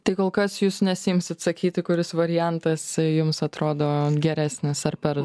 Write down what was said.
tai kol kas jūs nesiimsit sakyti kuris variantas jums atrodo geresnis ar per